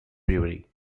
brewery